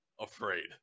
afraid